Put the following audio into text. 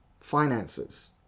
finances